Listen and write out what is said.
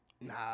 Nah